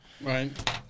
right